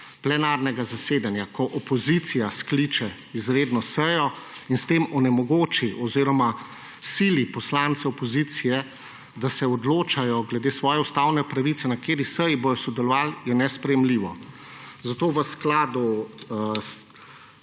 plenarnega zasedanja, ko opozicija skliče izredno sejo, in s tem onemogoči oziroma sili poslance opozicije, da se odločajo glede svoje ustavne pravice, na kateri seji bodo sodelovali, je nesprejemljivo. Zato v skladu